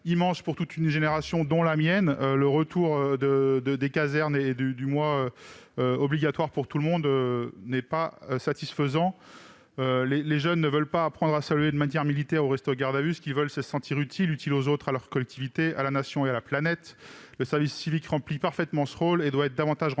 immense pour toute une génération, dont la mienne. Le retour obligatoire aux casernes, pendant un mois, n'est pas satisfaisant. Les jeunes ne veulent pas apprendre à saluer d'une matière militaire ou rester au garde-à-vous. Ce qu'ils veulent, c'est se sentir utile, utile aux autres, à leur collectivité, à la Nation et à la planète. Le service civique remplit parfaitement ce rôle et doit être renforcé.